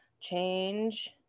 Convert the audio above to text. change